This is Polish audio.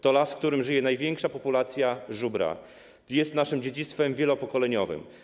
To las, w którym żyje największa populacja żubra i który jest naszym dziedzictwem wielopokoleniowym.